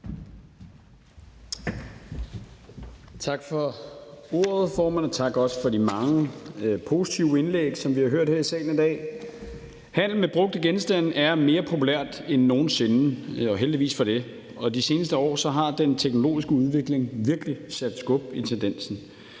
Tak for ordet, formand, og også tak for de mange positive indlæg, som vi har hørt her i salen i dag. Handel med brugte genstande er mere populært end nogen sinde – og heldigvis for det – og i de seneste år har den teknologiske udvikling virkelig sat skub i tendensen.